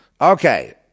Okay